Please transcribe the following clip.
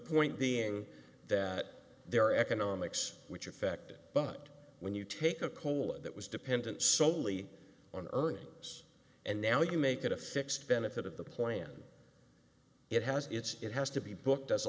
point being that there economics which affected but when you take a poll and that was dependent solely on earnings and now you make it a fixed benefit of the plan it has it's it has to be booked as a